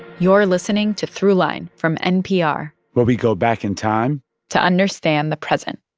you're listening to throughline from npr where we go back in time to understand the present